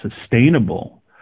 sustainable